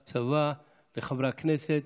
ליוצאי הצבא, לחברי הכנסת,